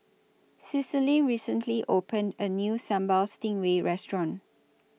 Cecily recently opened A New Sambal Stingray Restaurant